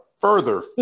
further